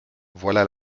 voilà